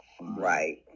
Right